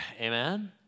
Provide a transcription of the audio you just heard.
Amen